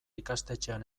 ikastetxean